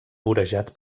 vorejat